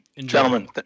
gentlemen